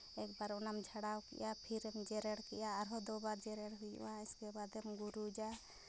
ᱮᱠᱵᱟᱨ ᱚᱱᱟᱢ ᱡᱷᱟᱰᱟᱣ ᱠᱮᱜᱼᱟ ᱯᱷᱤᱨᱮᱢ ᱡᱮᱨᱮᱲ ᱠᱮᱜᱼᱟ ᱟᱨᱦᱚᱸ ᱫᱩ ᱵᱟᱨ ᱡᱮᱨᱮᱲ ᱦᱩᱭᱩᱜᱼᱟ ᱤᱥᱠᱮᱵᱟᱫᱮᱢ ᱜᱩᱨᱤᱡᱟ